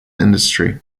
industry